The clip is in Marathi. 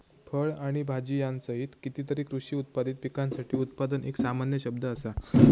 फळ आणि भाजीयांसहित कितीतरी कृषी उत्पादित पिकांसाठी उत्पादन एक सामान्य शब्द असा